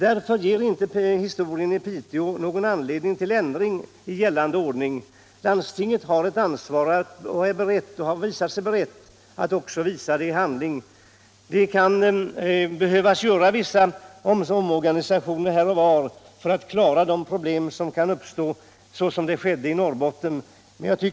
Därför ger inte historien i Piteå anledning till någon ändring i gällande ordning. Landstinget har ett ansvar och är berett att också visa det i handling. Man kan behöva göra vissa omorganisationer här och var för att klara de problem som kan uppstå, som skedde i Norrbotten.